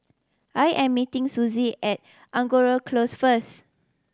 I am meeting Susie at Angora Close first